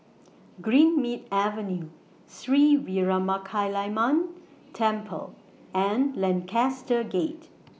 Greenmead Avenue Sri Veeramakaliamman Temple and Lancaster Gate